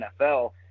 NFL